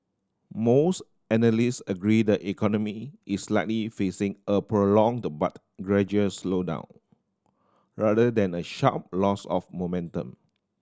most analysts agree the economy is likely facing a prolonged but gradual slowdown rather than a sharp loss of momentum